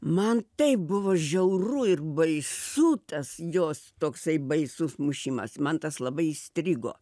man taip buvo žiauru ir baisu tas jos toksai baisus mušimas man tas labai įstrigo